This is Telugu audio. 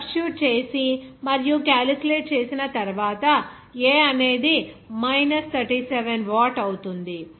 సబ్స్టిట్యూట్ చేసి మరియు క్యాలిక్యులేట్ చేసిన తరువాత A అనేది మైనస్ 37 వాట్ అవుతుంది